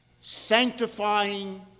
sanctifying